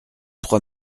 trois